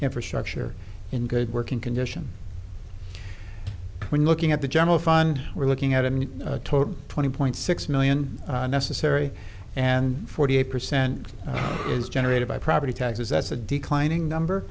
infrastructure in good working condition when looking at the general fund we're looking at in total twenty point six million necessary and forty eight percent is generated by property taxes that's a declining